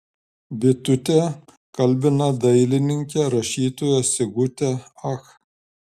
bitutė kalbina dailininkę rašytoją sigutę ach